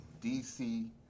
DC